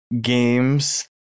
games